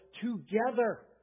together